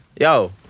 Yo